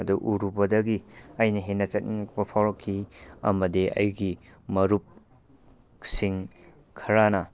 ꯑꯗꯨ ꯎꯔꯨꯕꯗꯒꯤ ꯑꯩꯅ ꯍꯦꯟꯅ ꯆꯠꯅꯤꯡꯉꯛꯄ ꯐꯥꯎꯔꯛꯈꯤ ꯑꯃꯗꯤ ꯑꯩꯒꯤ ꯃꯔꯨꯞꯁꯤꯡ ꯈꯔꯅ